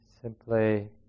Simply